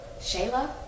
Shayla